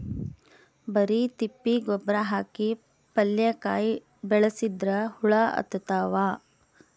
ಬರಿ ತಿಪ್ಪಿ ಗೊಬ್ಬರ ಹಾಕಿ ಪಲ್ಯಾಕಾಯಿ ಬೆಳಸಿದ್ರ ಹುಳ ಹತ್ತತಾವ?